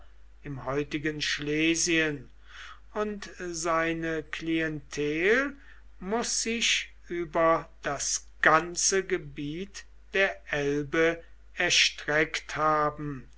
im heutigen schlesien und seine klientel muß sich über das ganze gebiet der elbe erstreckt haben